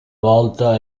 volta